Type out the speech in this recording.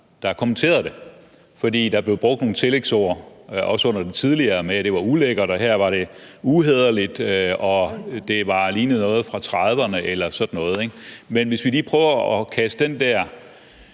der kommenterede det, fordi der også tidligere blev brugt nogle tillægsord, f.eks. at det var ulækkert, at det var uhæderligt, og det lignede noget fra 1930'erne eller sådan noget. Men hvis vi lige prøver at kaste den der